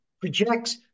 projects